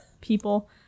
people